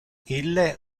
ille